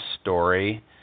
story